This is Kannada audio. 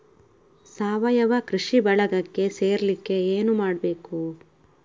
ಸಾವಯವ ಕೃಷಿ ಬಳಗಕ್ಕೆ ಸೇರ್ಲಿಕ್ಕೆ ಏನು ಮಾಡ್ಬೇಕು?